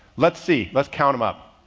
let's see. let's count them up.